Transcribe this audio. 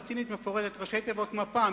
ראשי תיבות מפ"ם.